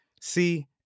See